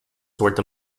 towards